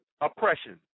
Oppression